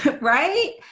right